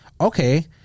okay